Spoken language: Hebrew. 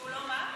שהוא לא מה?